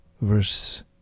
Verse